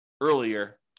earlier